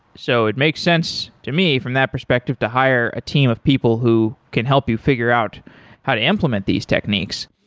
so it makes sense to me from that perspective to hire a team of people who can help you figure out how to implement these techniques.